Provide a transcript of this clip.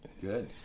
Good